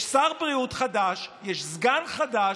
יש שר בריאות חדש,